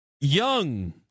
Young